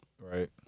Right